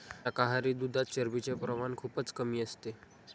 शाकाहारी दुधात चरबीचे प्रमाण खूपच कमी असते